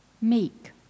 meek